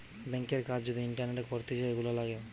ব্যাংকের কাজ যদি ইন্টারনেটে করতিছে, এগুলা লাগে